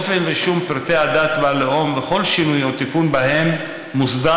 אופן רישום פרטי הדת והלאום וכל שינוי או תיקון בהם מוסדר